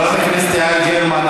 חברת הכנסת יעל גרמן,